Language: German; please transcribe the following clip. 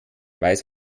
weiß